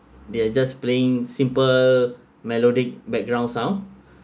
they are just playing simple melodic background sound